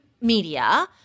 media